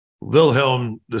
Wilhelm